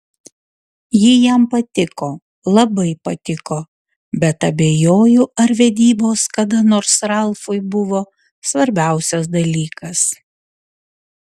ji jam patiko labai patiko bet abejoju ar vedybos kada nors ralfui buvo svarbiausias dalykas